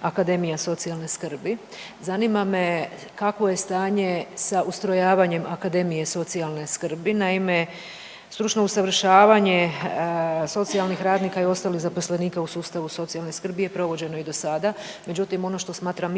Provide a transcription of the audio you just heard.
Akademija socijalne skrbi, zanima me kakvo je stanje sa ustrojavanjem Akademije socijalne skrbi? Naime, stručno usavršavanje socijalnih radnika i ostalih zaposlenika u sustavu socijalne skrbi je provođeno i do sada, međutim ono što smatram